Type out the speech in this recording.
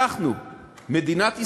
מדינת ישראל,